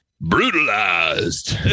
brutalized